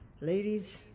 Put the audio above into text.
Ladies